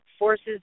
Forces